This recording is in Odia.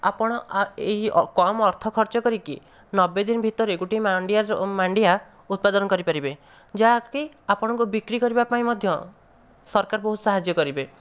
ଆପଣ ଏହି କମ ଅର୍ଥ ଖର୍ଚ୍ଚ କରିକି ନବେ ଦିନ ଭିତରେ ଗୋଟିଏ ମାଣ୍ଡିଆ ଉତ୍ପାଦନ କରିପାରିବେ ଯାହାକି ଆପଣଙ୍କୁ ବିକ୍ରି କରିବା ପାଇଁ ମଧ୍ୟ ସରକାର ବହୁତ ସାହାଯ୍ୟ କରିବେ